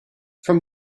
from